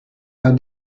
how